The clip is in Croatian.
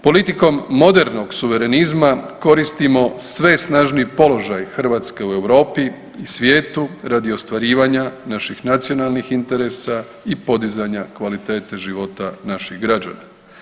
Politikom modernog suverenizma koristimo sve snažniji položaj Hrvatske u Europi i svijetu radi ostvarivanja naših nacionalnih interesa i podizanja kvalitete života naših građana.